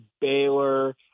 Baylor